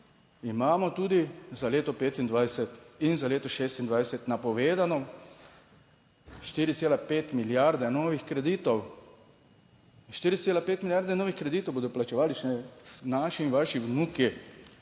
imamo tudi za leto 2025 in za leto 2026 napovedano 4,5 milijarde novih kreditov, 4,5 milijarde novih kreditov bodo plačevali še naši in vaši vnuki.